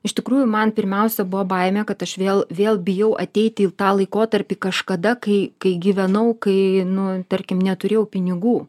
iš tikrųjų man pirmiausia buvo baimė kad aš vėl vėl bijau ateiti į tą laikotarpį kažkada kai kai gyvenau kai nu tarkim neturėjau pinigų